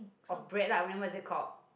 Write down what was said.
of bread lah then what is it called